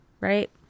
right